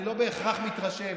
אני לא בהכרח מתרשם,